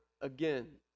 again